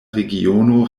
regiono